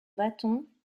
bâton